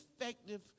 effective